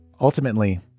Ultimately